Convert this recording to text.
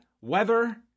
weather